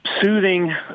Soothing